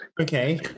Okay